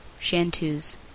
Chantus